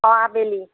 অ' আবেলি